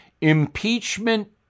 Impeachment